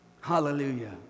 hallelujah